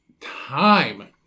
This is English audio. time